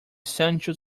sancho